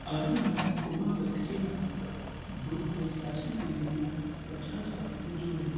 अरमान कुमावत के नाम पर ब्रोकरेज राशि के रूप में पचास हज़ार रुपये जोड़ें